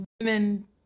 Women